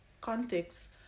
context